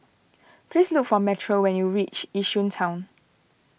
please look for Metro when you reach Yishun Town